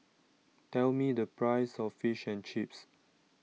tell me the price of Fish and Chips